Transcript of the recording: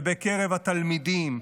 ובקרב התלמידים,